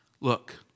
Look